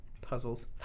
Puzzles